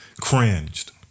cringed